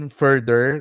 further